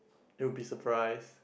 you will be surprised